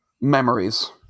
memories